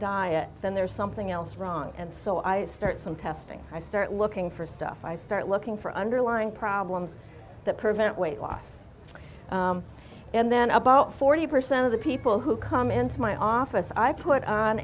diet then there's something else wrong and so i start some testing i start looking for stuff i start looking for underlying problems that prevent weight loss and then about forty percent of the people who come into my office i put on